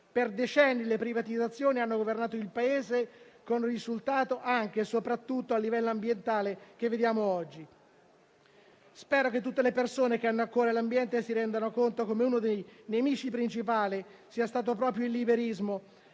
Per decenni le privatizzazioni hanno governato il Paese con il risultato, anche e soprattutto a livello ambientale, che vediamo oggi. Spero che tutte le persone che hanno a cuore l'ambiente si rendano conto come uno dei nemici principali sia stato proprio il liberismo